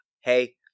Hey